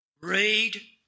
Read